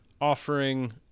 offering